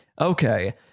Okay